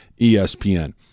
ESPN